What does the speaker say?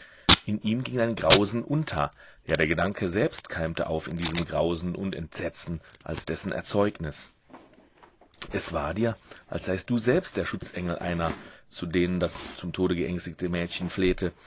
in ihm ging dein grausen unter ja der gedanke selbst keimte auf in diesem grausen und entsetzen als dessen erzeugnis es war dir als seist du selbst der schutzengel einer zu denen das zum tode geängstigte mädchen flehte